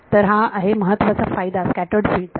तर हा आहे महत्त्वाचा फायदा स्कॅटर्ड फिल्ड चा